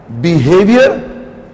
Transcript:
behavior